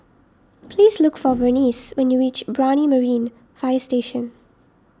please look for Vernice when you reach Brani Marine Fire Station